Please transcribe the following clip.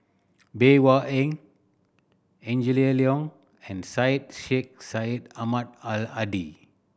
Bey Hua Heng Angela Liong and Syed Sheikh Syed Ahmad Al Hadi